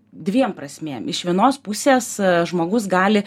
dviem prasmėm iš vienos pusės žmogus gali